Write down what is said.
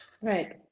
right